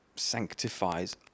sanctifies